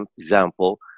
example